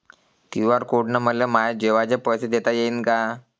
QR code न मले माये जेवाचे पैसे देता येईन का?